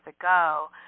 ago